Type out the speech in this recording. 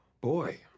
Boy